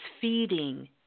feeding